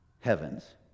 Heavens